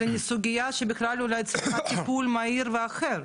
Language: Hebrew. זו סוגיה שבכלל אולי צריכה טיפול מהיר ואחר.